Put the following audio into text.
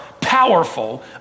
powerful